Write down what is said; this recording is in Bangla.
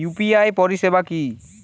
ইউ.পি.আই পরিসেবা কি?